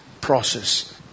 process